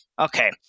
okay